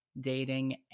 dating